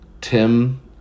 Tim